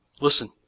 Listen